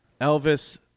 Elvis